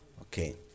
Okay